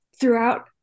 throughout